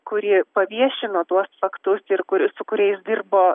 kuri paviešino tuos faktus ir kur su kuriais dirbo